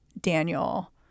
Daniel